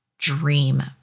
Dream